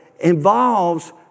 involves